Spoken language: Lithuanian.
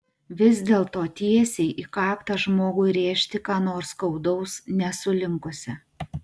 vis dėlto tiesiai į kaktą žmogui rėžti ką nors skaudaus nesu linkusi